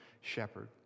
Shepherd